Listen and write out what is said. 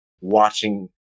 watching